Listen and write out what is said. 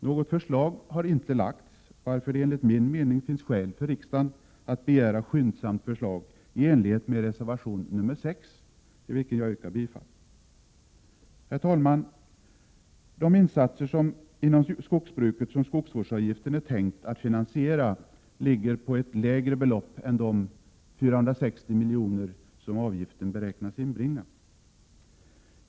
Något förslag har inte kommit, varför det enligt min mening finns skäl för riksdagen att begära skyndsamt förslag i enlighet med reservation 6, till vilken jag yrkar bifall. Herr talman! De insatser inom skogsbruket som skogsvårdsavgiften är tänkt att finansiera ligger på ett lägre belopp än de 460 milj.kr. som avgiften beräknas inbringa.